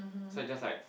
so I just like